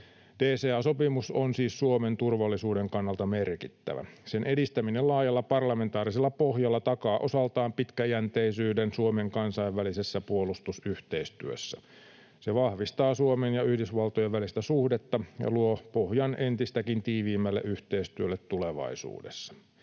DCA-sopimus on siis Suomen turvallisuuden kannalta merkittävä. Sen edistäminen laajalla parlamentaarisella pohjalla takaa osaltaan pitkäjänteisyyden Suomen kansainvälisessä puolustusyhteistyössä. Se vahvistaa Suomen ja Yhdysvaltojen välistä suhdetta ja luo pohjan entistäkin tiiviimmälle yhteistyölle tulevaisuudessa.